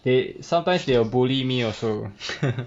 they sometimes they will bully me also